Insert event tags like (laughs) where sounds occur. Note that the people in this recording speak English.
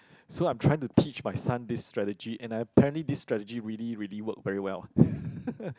so I'm trying to teach my son this strategy and apparently this strategy really really work very well (laughs)